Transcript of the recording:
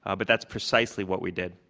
ah but that's precisely what we did.